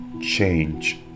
Change